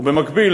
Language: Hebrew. ובמקביל,